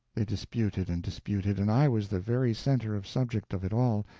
they disputed and disputed, and i was the very center of subject of it all,